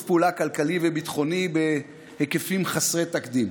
פעולה כלכלי וביטחוני בהיקפים חסרי תקדים.